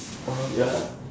oh ya